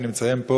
ואני מציין פה,